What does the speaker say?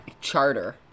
charter